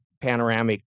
panoramic